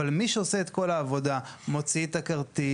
אבל מי שעושה את כל העבודה: מוציא את הכרטיס,